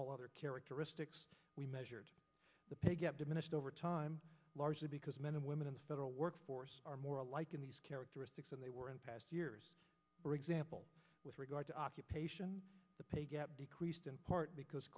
all other characteristics we measured the pay gap diminished over time largely because men and women in the federal workforce are more alike in these characteristics and they were in past years for example with regard to occupation the pay gap decreased in part because